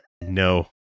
no